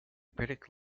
critic